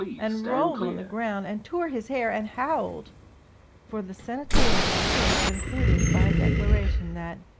and rolled on the ground, and tore his hair, and howled for the senatorial decree concluded by a declaration that,